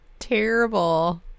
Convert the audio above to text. Terrible